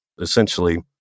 Essentially